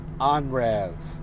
Onrev